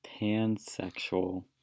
pansexual